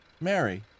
Mary